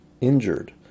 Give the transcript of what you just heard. injured